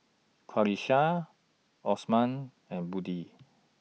Qalisha Osman and Budi